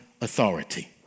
authority